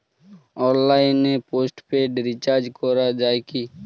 অনলাইনে postpaid recharge করা যায় কি?